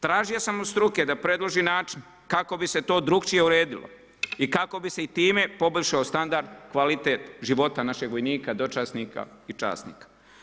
Tražio sam od struke da predloži način, kako bi se to drugačije uredilo i kako bi se i time poboljšao standard, kvaliteta života našeg vojnika, dočasnika i časnika.